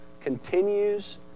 continues